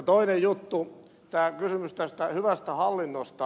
toinen juttu kysymys tästä hyvästä hallinnosta